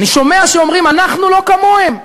אני שומע שאומרים: אנחנו לא כמוהם,